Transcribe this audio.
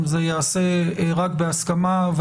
זה ייעשה רק בהסכמה,